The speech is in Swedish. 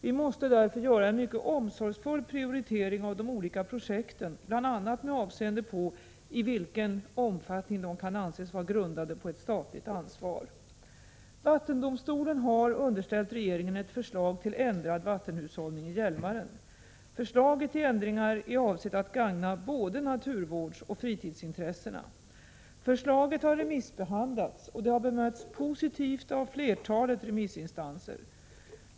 Vi måste därför göra en mycket omsorgsfull prioritering av de olika projekten, bl.a. med avseende på i vilken omfattning de kan anses vara grundade på ett statligt ansvar. Vattendomstolen har underställt regeringen ett förslag till ändrad vattenhushållning i Hjälmaren. Förslaget till ändringar är avsett att gagna både naturvårdsoch fritidsintressena. Förslaget har remissbehandlats, och det har bemötts positivt av flertalet remissinstanser.